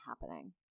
happening